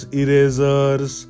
erasers